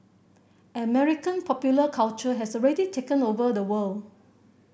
American popular culture has already taken over the world